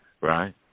right